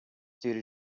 due